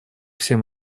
всем